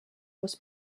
was